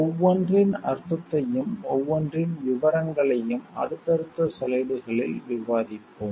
ஒவ்வொன்றின் அர்த்தத்தையும் ஒவ்வொன்றின் விவரங்களையும் அடுத்தடுத்த ஸ்லைடுகளில் விவாதிப்போம்